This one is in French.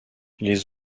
les